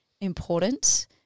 important